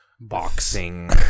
boxing